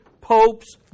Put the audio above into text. popes